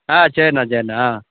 ஆ சரிண்ணா சரிண்ணா ஆ